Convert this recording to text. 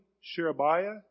Sherebiah